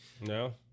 No